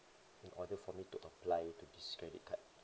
in order for me to apply to this credit card